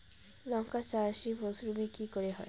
লঙ্কা চাষ এই মরসুমে কি রকম হয়?